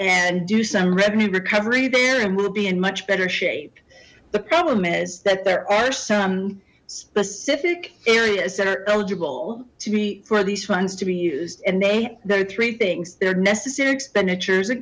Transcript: and do some revenue recovery there and we'll be in much better shape the problem is that there are some specific areas that are eligible to be for these funds to be used and they there are three things they're necessary expenditures